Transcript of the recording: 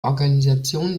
organisation